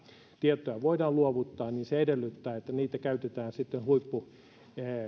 tietoja voidaan luovuttaa se edellyttää että niitä käytetään sitten huipputurvallisessa